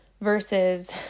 versus